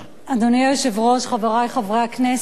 אדוני היושב-ראש, חברי חברי הכנסת,